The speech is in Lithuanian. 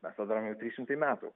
mes tą darome jau trys šimtai metų